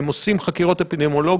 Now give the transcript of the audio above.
הם עושים חקירות אפידמיולוגיות.